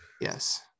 yes